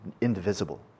indivisible